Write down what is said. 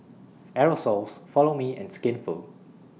Aerosoles Follow Me and Skinfood